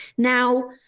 Now